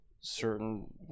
certain